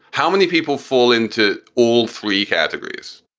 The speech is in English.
how many people fall into all three categories?